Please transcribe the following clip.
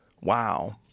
Wow